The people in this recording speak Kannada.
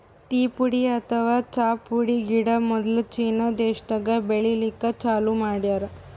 ಟೀ ಪುಡಿ ಅಥವಾ ಚಾ ಪುಡಿ ಗಿಡ ಮೊದ್ಲ ಚೀನಾ ದೇಶಾದಾಗ್ ಬೆಳಿಲಿಕ್ಕ್ ಚಾಲೂ ಮಾಡ್ಯಾರ್